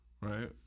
right